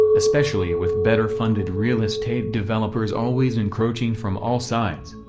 especially with better-funded real estate developers always encroaching from all sides.